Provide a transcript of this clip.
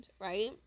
Right